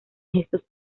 gestos